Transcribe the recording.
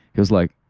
he's like,